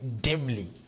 dimly